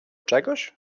czegoś